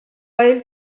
ell